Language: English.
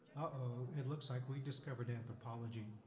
it looks like we've discovered anthropology.